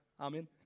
Amen